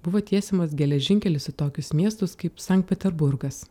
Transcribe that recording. buvo tiesiamas geležinkelis į tokius miestus kaip sankt peterburgas